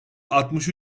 altmış